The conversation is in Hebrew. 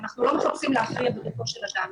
אנחנו לא מחפשים להכריע לגופו של אדם,